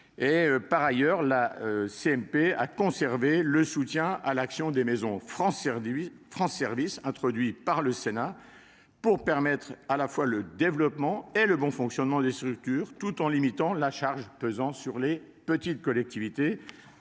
Par ailleurs, la CMP a conservé le soutien à l'action des maisons France Services introduit par le Sénat pour permettre le développement et le bon fonctionnement de ces structures tout en limitant la charge pesant sur les petites collectivités,